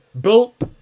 built